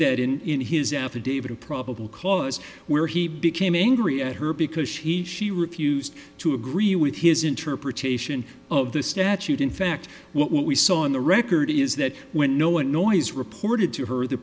that in in his affidavit of probable cause where he became angry at her because he she refused to agree with his interpretation of the statute in fact what we saw on the record is that when no one noise reported to her